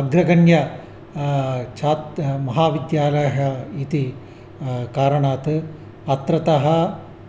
अग्रगण्यः छात्रः महाविद्यालयः इति कारणात् अत्रतः